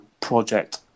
project